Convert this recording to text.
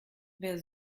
wer